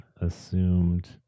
assumed